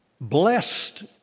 blessed